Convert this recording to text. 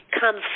come